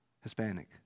Hispanic